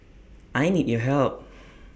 I need your help